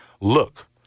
Look